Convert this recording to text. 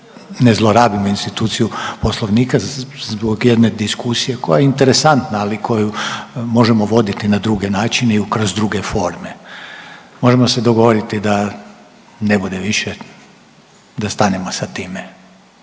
ne zlorabimo instituciju Poslovnika zbog jedne diskusije koja je interesantna, ali koju možemo voditi na druge načine i kroz druge forme. Možemo se dogovoriti da ne bude više, da stanemo sa time